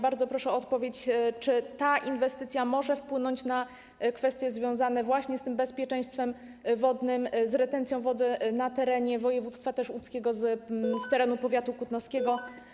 Bardzo proszę o odpowiedź, czy ta inwestycja może wpłynąć na kwestie związane z bezpieczeństwem wodnym, retencją wody na terenie województwa łódzkiego, na terenie powiatu kutnowskiego.